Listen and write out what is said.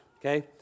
Okay